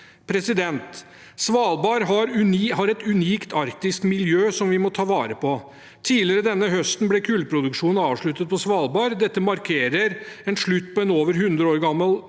m.m. Svalbard har et unikt arktisk miljø som vi må ta vare på. Tidligere denne høsten ble kullproduksjonen avsluttet på Svalbard. Dette markerer slutten på en over 100 år gammel